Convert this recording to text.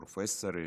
פרופסורים,